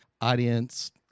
audience